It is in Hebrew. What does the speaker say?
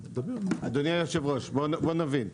אדוני יושב הראש, בוא נבין.